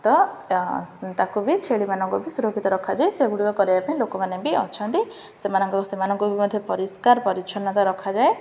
ତ ତା'କୁ ବି ଛେଳିମାନଙ୍କୁ ବି ସୁରକ୍ଷିତ ରଖାଯାଏ ସେଗୁଡ଼ିକ କରିବା ପାଇଁ ଲୋକମାନେ ବି ଅଛନ୍ତି ସେମାନଙ୍କ ସେମାନଙ୍କୁ ବି ମଧ୍ୟ ପରିଷ୍କାର ପରିଚ୍ଛନ୍ନତା ରଖାଯାଏ